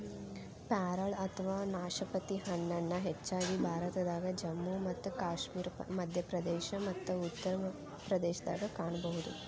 ಪ್ಯಾರಲ ಅಥವಾ ನಾಶಪತಿ ಹಣ್ಣನ್ನ ಹೆಚ್ಚಾಗಿ ಭಾರತದಾಗ, ಜಮ್ಮು ಮತ್ತು ಕಾಶ್ಮೇರ, ಮಧ್ಯಪ್ರದೇಶ ಮತ್ತ ಉತ್ತರ ಪ್ರದೇಶದಾಗ ಕಾಣಬಹುದು